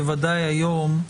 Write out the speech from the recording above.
בוודאי היום,